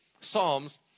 psalms